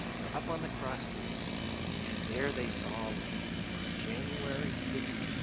they're up on the cross trees and there they saw land on january sixteen,